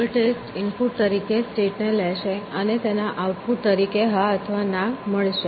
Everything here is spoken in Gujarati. ગોલ ટેસ્ટ ઇનપુટ તરીકે સ્ટેટ ને લેશે અને તેના આઉટપુટ તરીકે હા અથવા ના મળશે